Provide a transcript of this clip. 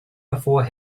before